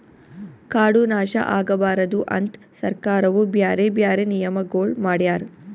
ಕಾಡು ನಾಶ ಆಗಬಾರದು ಅಂತ್ ಸರ್ಕಾರವು ಬ್ಯಾರೆ ಬ್ಯಾರೆ ನಿಯಮಗೊಳ್ ಮಾಡ್ಯಾರ್